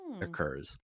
occurs